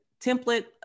template